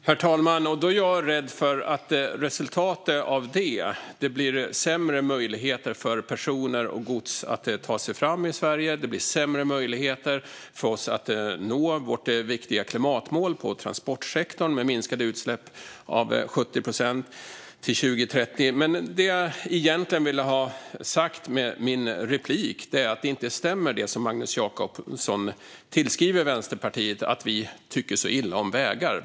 Herr talman! Då är jag rädd för att resultatet av det blir sämre möjligheter för personer och gods att ta sig fram i Sverige och sämre möjligheter för oss att nå vårt klimatmål inom transportsektorn med minskade utsläpp på 70 procent till 2030. Det jag egentligen ville ha sagt med min replik är att det som Magnus Jacobsson tillskriver Vänsterpartiet inte stämmer, alltså att vi tycker så illa om vägar.